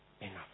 Enough